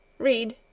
Read